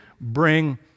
bring